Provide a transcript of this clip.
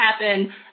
happen